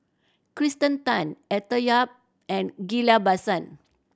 Kirsten Tan Arthur Yap and Ghillie Basan